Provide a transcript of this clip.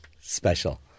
special